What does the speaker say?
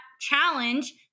challenge